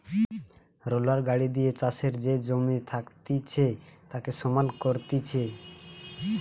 roller গাড়ি দিয়ে চাষের যে জমি থাকতিছে তাকে সমান করতিছে